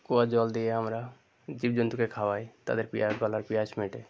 কুয়ার জল দিয়ে আমরা জীবজন্তুকে খাওয়াই তাদের পিয়াস গলার পিয়াস মেটে